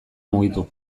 mugitu